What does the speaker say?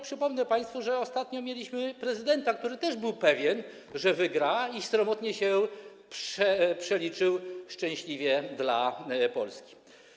Przypomnę państwu, że ostatnio mieliśmy prezydenta, który też był pewien, że wygra, i sromotnie się przeliczył, szczęśliwie dla Polski.